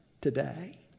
today